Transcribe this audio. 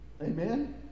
amen